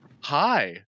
hi